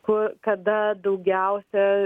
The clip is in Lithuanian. ku kada daugiausia